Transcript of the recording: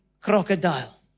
crocodile